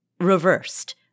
reversed